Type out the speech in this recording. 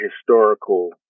historical